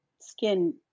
skin